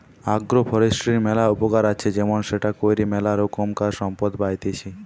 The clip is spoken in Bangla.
আগ্রো ফরেষ্ট্রীর ম্যালা উপকার আছে যেমন সেটা কইরে ম্যালা রোকমকার সম্পদ পাইতেছি